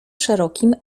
szerokim